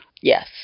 Yes